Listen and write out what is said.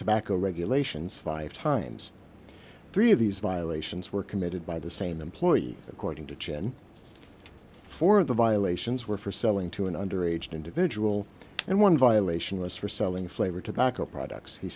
tobacco regulations five times three of these violations were committed by the same employee according to chen for the violations were for selling to an under aged individual and one violation was for selling flavored tobacco products he